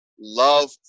love